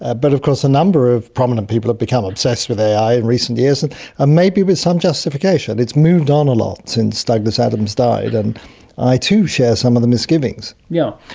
ah but of course a number of prominent people have become obsessed with ai in recent years and ah maybe with some justification. it's moved on a lot since douglas adams died and i too share some of the misgivings. yeah